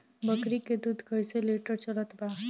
बकरी के दूध कइसे लिटर चलत बा?